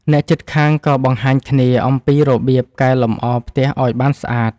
អ្នកជិតខាងក៏បង្ហាញគ្នាអំពីរបៀបកែលម្អផ្ទះឲ្យបានស្អាត។